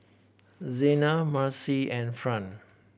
Zena Marcie and Fran